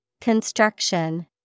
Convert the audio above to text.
Construction